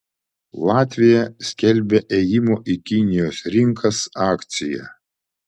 latvija skelbia ėjimo į kinijos rinkas akciją